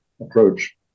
approach